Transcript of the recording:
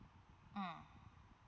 mm